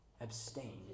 Abstain